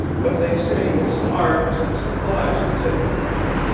but they say his arms and supplies are taken from him,